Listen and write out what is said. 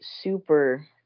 super